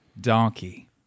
donkey